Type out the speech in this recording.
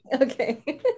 okay